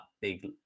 big